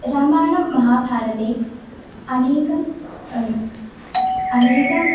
रामायणं महाभारते अनेकम् अनेकम्